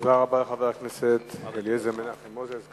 תודה רבה לחבר הכנסת אליעזר מנחם מוזס,